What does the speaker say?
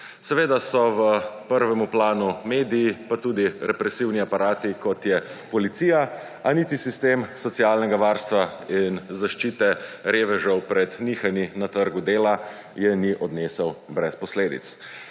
Seveda so v prvem planu mediji pa tudi represivni aparati, kot je policija, a niti sistem socialnega varstva in zaščite revežev pred nihanji na trgu dela je ni odnesel brez posledic.